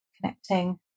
connecting